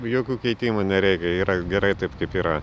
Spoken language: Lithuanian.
jokių keitimų nereikia yra gerai taip kaip yra